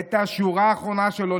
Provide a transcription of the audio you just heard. אבל את השורה האחרונה שלו,